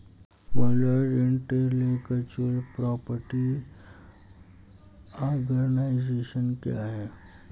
World intellectual property organisation क्या है?